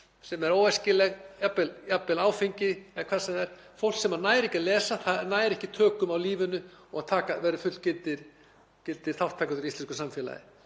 sem er óæskileg, jafnvel áfengi eða hvað sem það er. Fólk sem nær ekki að lesa nær ekki tökum á lífinu og verður ekki fullgildir þátttakendur í íslensku samfélagi.